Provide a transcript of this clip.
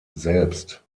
selbst